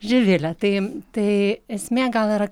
živile tai tai esmė gal yra